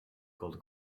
gold